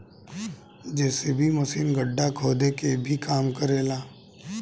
JCB machine गड्ढा खोदे के भी काम करे ला